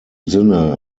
sinne